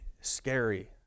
scary